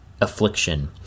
affliction